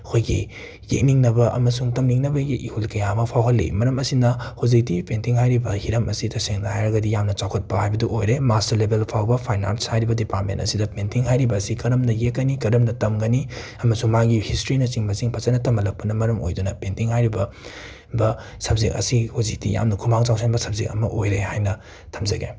ꯑꯩꯈꯣꯏꯒꯤ ꯌꯦꯛꯅꯤꯡꯅꯕ ꯑꯃꯁꯨꯡ ꯇꯝꯅꯤꯡꯅꯕꯒꯤ ꯏꯍꯨꯜ ꯀꯌꯥ ꯑꯃ ꯐꯥꯎꯍꯜꯂꯤ ꯃꯔꯝ ꯑꯁꯤꯅ ꯍꯧꯖꯤꯛꯇꯤ ꯄꯦꯟꯇꯤꯡ ꯍꯥꯏꯔꯤꯕ ꯍꯤꯔꯝ ꯑꯁꯤ ꯇꯁꯦꯡꯅ ꯍꯥꯏꯔꯒꯗꯤ ꯌꯥꯝꯅ ꯆꯥꯎꯈꯠꯄ ꯍꯥꯏꯕꯗꯨ ꯑꯣꯏꯔꯦ ꯃꯥꯁꯇꯔ ꯂꯦꯕꯦꯜ ꯐꯥꯎꯕ ꯐꯥꯏꯟ ꯑꯔꯠꯁ ꯍꯥꯏꯔꯤꯕ ꯗꯤꯄꯥꯃꯦꯟ ꯑꯁꯤꯗ ꯄꯦꯟꯇꯤꯡ ꯍꯥꯏꯔꯤꯕ ꯑꯁꯤ ꯀꯔꯝꯅ ꯌꯦꯛꯀꯅꯤ ꯀꯔꯝꯅ ꯇꯝꯒꯅꯤ ꯑꯃꯁꯨꯡ ꯃꯥꯒꯤ ꯍꯤꯁꯇ꯭ꯔꯤꯅꯆꯤꯡꯕꯁꯤꯡ ꯐꯖꯅ ꯇꯝꯍꯜꯂꯛꯄꯅ ꯃꯔꯝ ꯑꯣꯏꯗꯨꯅ ꯄꯦꯟꯇꯤꯡ ꯍꯥꯏꯔꯤꯕ ꯕ ꯁꯞꯖꯦꯛ ꯑꯁꯤ ꯍꯧꯖꯤꯛꯇꯤ ꯌꯥꯝꯅ ꯈꯨꯃꯥꯡ ꯆꯥꯎꯁꯟꯕ ꯁꯞꯖꯦꯛ ꯑꯃ ꯑꯣꯏꯔꯦ ꯍꯥꯏꯅ ꯊꯝꯖꯒꯦ